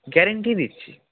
guarantee দিচ্ছি